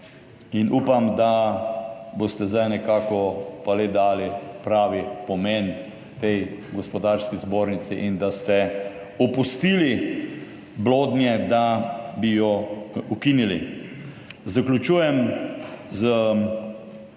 upam, da boste zdaj nekako pa le dali pravi pomen tej gospodarski zbornici in da ste opustili blodnje, da bi jo ukinili. Zaključujem z